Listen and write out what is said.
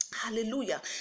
Hallelujah